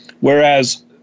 Whereas